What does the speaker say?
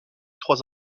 trois